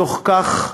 בתוך כך,